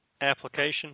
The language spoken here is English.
application